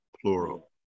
plural